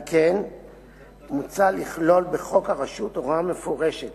על כן מוצע לכלול בחוק הרשות הוראה מפורשת